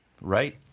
right